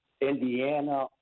Indiana